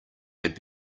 had